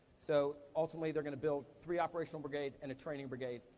so ultimately their gonna build three operational brigade and a training brigade,